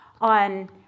on